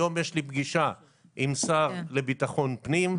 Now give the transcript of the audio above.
היום יש לי פגישה עם השר לביטחון הפנים.